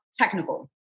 technical